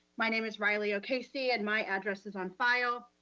my name is riley o'casey and my address is on file.